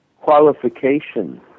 qualification